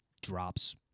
Drops